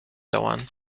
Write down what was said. dauern